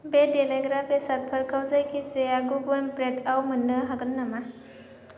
बे देलायग्रा बेसादफोरखौ जायखिजाया गुबुन ब्रेन्डआव मोन्नो हागोन नामा